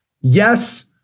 yes